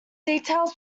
details